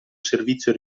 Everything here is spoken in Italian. servizio